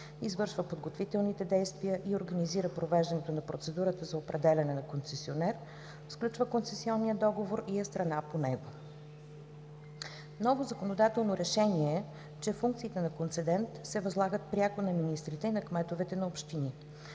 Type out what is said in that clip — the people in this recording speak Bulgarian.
(извършва подготвителните действия и организира провеждането на процедурата за определяне на концесионер), сключва концесионния договор и е страна по него. Ново законодателно решение е, че функциите на концедент се възлагат пряко на министрите и на кметовете на общини.